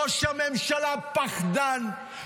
ראש הממשלה פחדן,